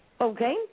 Okay